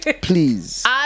Please